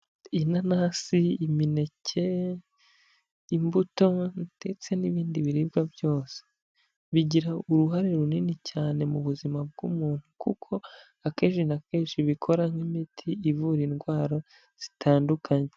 Inanasi, imineke, imbuto ndetse n'ibindi biribwa byose. Bigira uruhare runini cyane mu buzima bw'umuntu kuko akenshi na kenshi bikora nk'imiti ivura indwara zitandukanye.